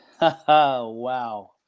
Wow